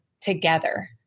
together